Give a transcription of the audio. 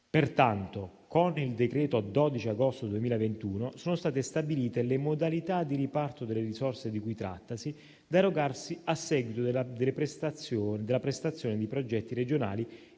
Pertanto, con il decreto del 12 agosto 2021, sono state stabilite le modalità di riparto delle risorse di cui trattasi, da erogarsi a seguito della presentazione di progetti regionali